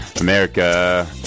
America